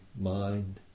mind